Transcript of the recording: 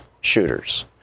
shooters